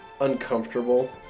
uncomfortable